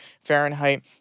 Fahrenheit